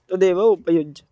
तदेव उपयुज्यते